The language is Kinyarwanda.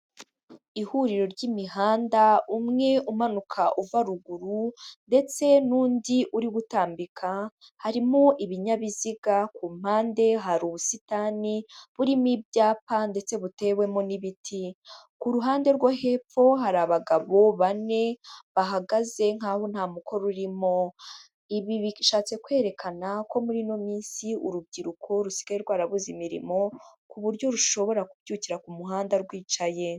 Ihuriro ry'imihanda umwe umanuka uva ruguru ndetse n'undi uri gutambika, harimo ibinyabiziga ku mpande, hari ubusitani burimo ibyapa ndetse butewemo n'ibiti. Ku ruhande rwo hepfo hari abagabo bane bahagaze nk'aho nta mukoro urimo, ibi bishatse kwerekana ko murino minsi urubyiruko rusigaye rwarabuze imirimo, ku buryo rushobora kubyukira ku muhanda rwicaye.